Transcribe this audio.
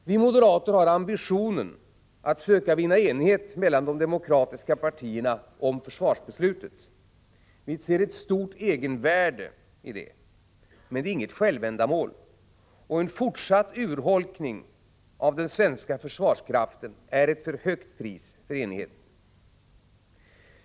Vi moderater har ambitionen att söka vinna enighet mellan de demokratiska partierna om försvarsbeslutet. Vi ser ett stort egenvärde i detta, men det är inget självändamål och en fortsatt urholkning av den svenska försvarsförmågan är ett för högt pris för enigheten.